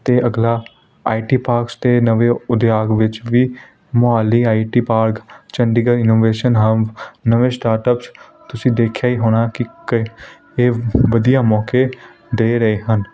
ਅਤੇ ਅਗਲਾ I T parks ਦੇ ਨਵੇਂ ਉਦਯੋਗ ਵਿੱਚ ਵੀ Mohali I T park Chandigarh innovation ਹਨ ਨਵੇਂ ਸਟਾਰਟਅਪ 'ਚ ਤੁਸੀਂ ਦੇਖਿਆ ਹੀ ਹੋਣਾ ਕਿ ਕ ਇਹ ਵਧੀਆ ਮੌਕੇ ਦੇ ਰਹੇ ਹਨ